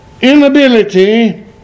inability